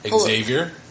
xavier